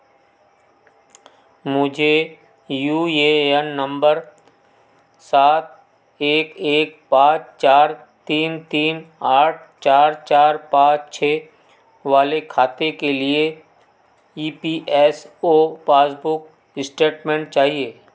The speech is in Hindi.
मुझे यू ए एन नंबर सात एक एक पाँच चार तीन तीन आठ चार चार पाँच छः वाले खाते के लिए E P S O passbook statement चाहिए